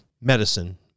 medicine